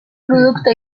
producte